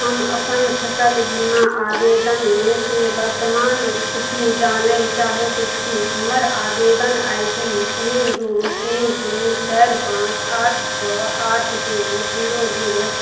हम अपन फसल बीमा आबेदन के बर्तमान स्थिति जानय चाहैत छी हमर आबेदन आई डी तीन दू तीन तीन चारि पाँच आठ छओ आठ दू जीरो जीरो